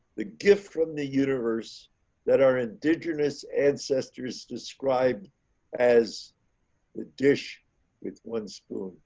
the gift from the universe that our indigenous ancestors described as the dish with one spoon